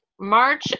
March